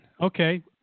Okay